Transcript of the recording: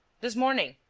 this morning.